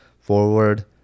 forward